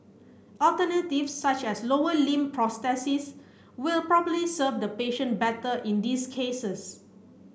alternatives such as lower limb prosthesis will probably serve the patient better in these cases